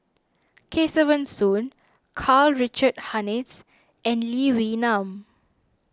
Kesavan Soon Karl Richard Hanitsch and Lee Wee Nam